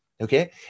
okay